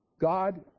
God